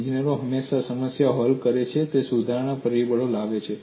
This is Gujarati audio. ઇજનેરો હંમેશા સમસ્યા હલ કરે છે અને સુધારણા પરિબળો લાવે છે